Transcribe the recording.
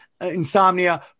Insomnia